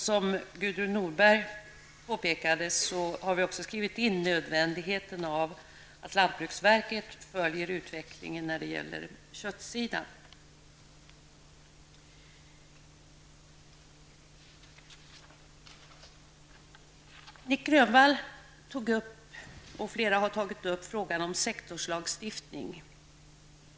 Som Gudrun Norberg påpekade har vi också skrivit in nödvändigheten av att lantbruksstyrelsen följer utvecklingen på köttsidan. Nic Grönvall och flera andra talare har tagit upp frågan om sektorslagstiftning.